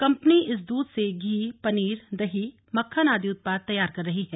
company इस दूध से घी पनीर दही मक्खन आदि उत्पाद तैयार कर रही है